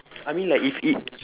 I mean like if it